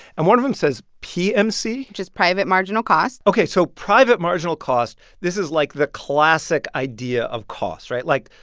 and one of them says pmc which is private marginal cost ok, so private marginal cost. this is, like, the classic idea of cost, right? like,